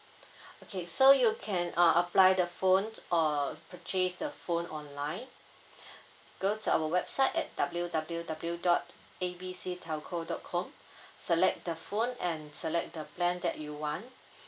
okay so you can uh apply the phone or purchase the phone online go to our website at W W W dot A B C telco dot com select the phone and select the plan that you want